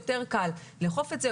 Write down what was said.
יותר קל לאכוף את זה,